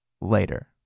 later